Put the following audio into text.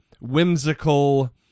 whimsical